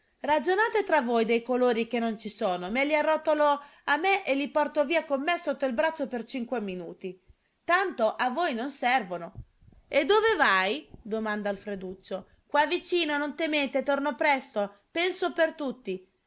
ragionate tra voi dei colori che non ci sono me li arrotolo e me li porto via con me sotto il braccio per cinque minuti tanto a voi non servono e dove vai domanda alfreduccio qua vicino non temete torno presto penso per tutti